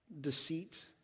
deceit